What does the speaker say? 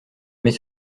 mais